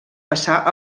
passar